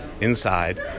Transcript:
inside